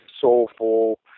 soulful